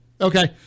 Okay